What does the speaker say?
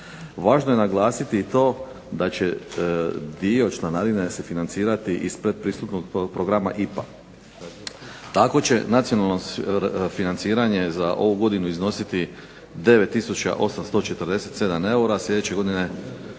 Važno je naglasiti i to da će dio članarine se financirati iz pretpristupnog programa IPA. Tako će nacionalno financiranje za ovu godinu iznositi 9847 eura.